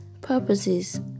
purposes